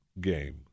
game